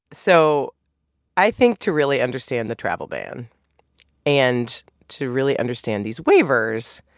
so i think to really understand the travel ban and to really understand these waivers,